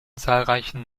zahlreichen